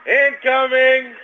incoming